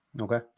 Okay